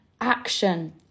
action